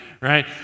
right